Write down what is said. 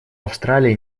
австралии